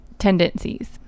tendencies